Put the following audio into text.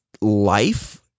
life